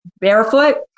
barefoot